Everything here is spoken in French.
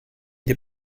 des